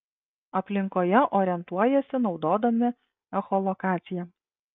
aplinkoje orientuojasi naudodami echolokaciją